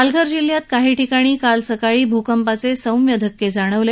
पालघर जिल्ह्यात काही ठिकाणी काल सकाळी भूकंपाचे सौम्य धक्के जाणवले